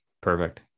Perfect